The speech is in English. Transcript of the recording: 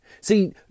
See